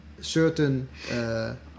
certain